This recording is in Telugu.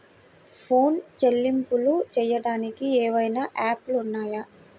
ఫోన్ చెల్లింపులు చెయ్యటానికి ఏవైనా యాప్లు ఉన్నాయా?